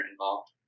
involved